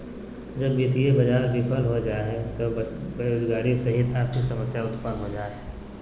जब वित्तीय बाज़ार बिफल हो जा हइ त बेरोजगारी सहित आर्थिक समस्या उतपन्न हो जा हइ